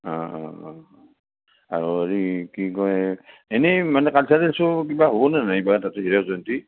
অঁ অঁ অঁ আৰু হেৰি কি কয় এনেই মানে কালচাৰেল শ্ব' কিবা হ'বনে নাই বা তাতে হীৰক জয়ন্তীত